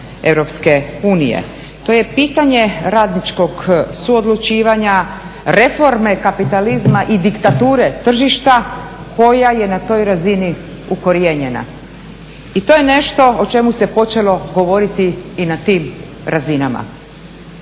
To je pitanje radničkog suodlučivanja, reforme kapitalizma i diktature tržišta koja je na toj razini ukorijenjena. I to je nešto o čemu se počelo govoriti i na tim razinama.